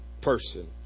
person